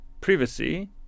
privacy